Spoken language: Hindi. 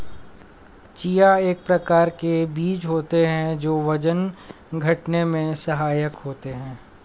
चिया एक प्रकार के बीज होते हैं जो वजन घटाने में सहायक होते हैं